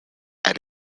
and